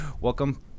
Welcome